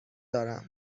دارم